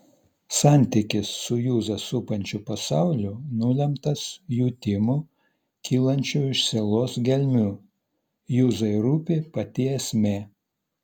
santykis su juzą supančiu pasauliu nulemtas jutimų kylančių iš sielos gelmių juzai rūpi pati esmė